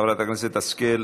חברת הכנסת השכל,